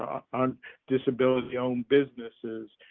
um disability-owned businesses,